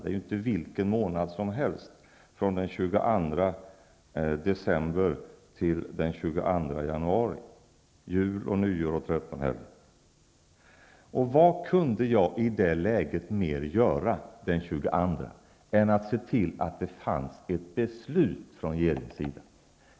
Det är inte vilken månad som helst från den 22 december till den 22 januari, jul, nyår och trettonhelg. Vad kunde jag i det läget mer göra, den 22 december, än att se till att det fanns ett beslut från regeringen?